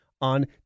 on